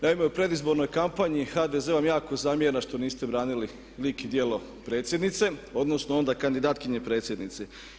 Naime, u predizbornoj kampanji HDZ vam jako zamjera što niste branili lik i djelo predsjednice odnosno onda kandidatkinje predsjednici.